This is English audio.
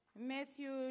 Matthew